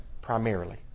primarily